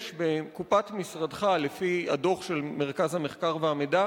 יש בקופת משרדך לפי הדוח של מרכז המחקר והמידע